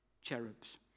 cherubs